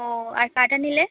ও আর কাটা নিলে